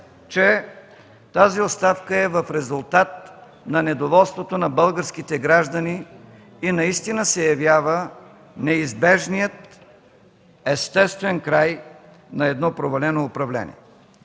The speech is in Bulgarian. че тази оставка е в резултат на недоволството на българските граждани и наистина се явява неизбежният естествен край на едно провалено управление.